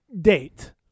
date